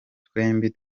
twembi